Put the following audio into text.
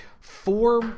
four